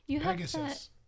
Pegasus